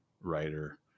writer